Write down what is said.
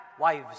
wives